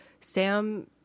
Sam